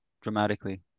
dramatically